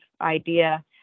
idea